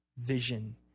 vision